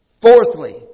fourthly